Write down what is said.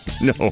No